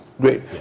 Great